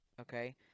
Okay